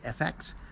FX